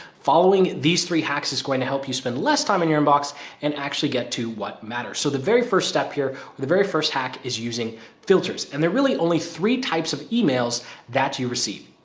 following these three hacks is going to help you spend less time in your inbox and actually get to what matters. so the very first step here with the very first hack is using filters. and they're really only three types of emails that you receive,